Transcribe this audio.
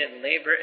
labor